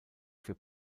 für